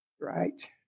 Right